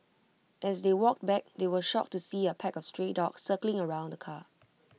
as they walked back they were shocked to see A pack of stray dogs circling around the car